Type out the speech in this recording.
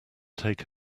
take